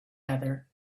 other